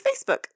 Facebook